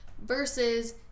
versus